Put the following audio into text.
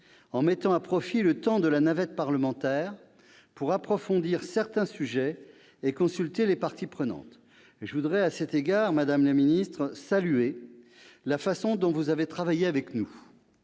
en mettant à profit le temps de la navette parlementaire pour approfondir certains sujets et consulter les parties prenantes. Je veux à cet égard, madame la ministre, saluer la façon dont vous avez travaillé avec nous,